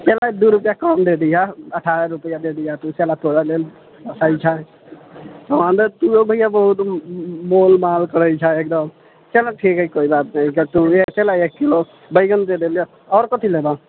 चलऽ एक दू रुपैआ कम दे दीह अठारह रूपए दे दीह तू चलह तोरा लेल तोहो भैआ बहुत मोल माल करैत छह एकदम चलह ठीक है कोय बात नहि एक किलो बैगन दे देलियह आओर कथी लेबह